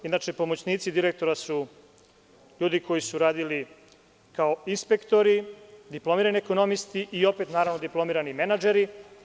Inače, pomoćnici direktora su ljudi koji su radili kao inspektori, diplomirani ekonomisti i opet, naravno, diplomirati menadžeri.